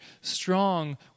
strong